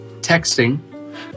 texting